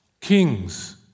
Kings